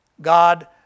God